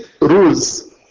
rules